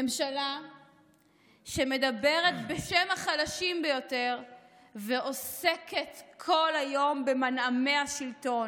ממשלה שמדברת בשם החלשים ביותר ועוסקת כל היום במנעמי השלטון,